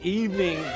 evening